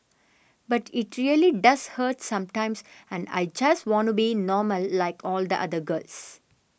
but it really does hurt sometimes and I just wanna be normal like all the other girls